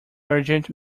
urgent